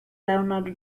leonardo